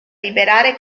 liberare